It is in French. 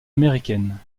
américaines